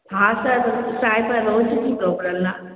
हा त छा आहे पर रोज जी प्रॉब्लम आहे